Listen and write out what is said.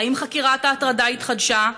3. האם חקירת ההטרדה התחדשה?